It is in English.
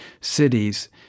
cities